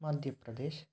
Madhya Pradesh